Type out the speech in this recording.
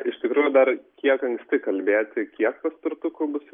iš tikrųjų dar kiek anksti kalbėti kiek paspirtukų bus